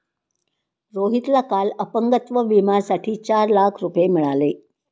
रोहितला काल अपंगत्व विम्यासाठी चार लाख रुपये मिळाले